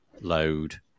load